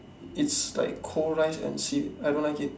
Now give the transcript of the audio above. it's like cold rice and seaweed I don't like it